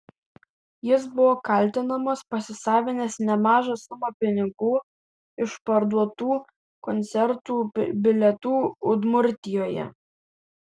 jis buvo kaltinamas pasisavinęs nemažą sumą pinigų iš parduotų koncertų bilietų udmurtijoje